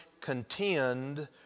contend